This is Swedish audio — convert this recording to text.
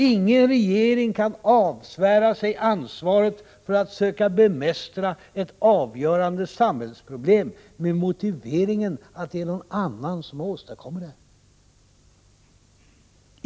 Ingen regering kan avsvära sig ansvaret för att söka bemästra ett avgörande samhällsproblem med motiveringen att det är någon annan som åstadkommit det!